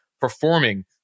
performing